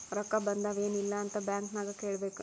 ರೊಕ್ಕಾ ಬಂದಾವ್ ಎನ್ ಇಲ್ಲ ಅಂತ ಬ್ಯಾಂಕ್ ನಾಗ್ ಕೇಳಬೇಕ್